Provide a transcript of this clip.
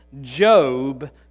Job